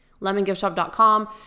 lemongiftshop.com